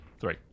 Three